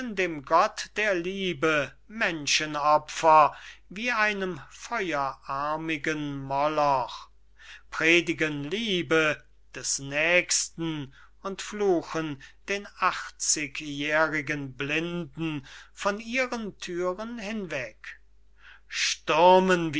dem gott der liebe menschenopfer wie einem feuerarmigen moloch predigen liebe des nächsten und fluchen den achtzigjährigen blinden von ihren thüren hinweg stürmen